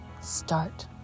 start